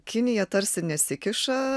kinija tarsi nesikiša